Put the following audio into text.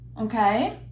okay